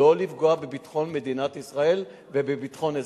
לא לפגוע בביטחון מדינת ישראל ובביטחון אזרחיה.